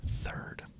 third